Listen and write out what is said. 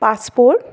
passport